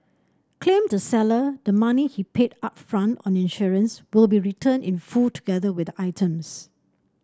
claimed the seller the money he paid upfront on insurance will be returned in full together with the items